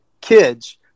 kids